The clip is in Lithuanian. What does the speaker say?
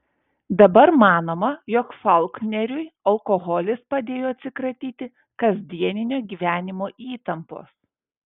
dabar manoma jog faulkneriui alkoholis padėjo atsikratyti kasdieninio gyvenimo įtampos